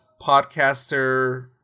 podcaster